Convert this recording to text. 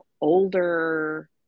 older